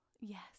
yes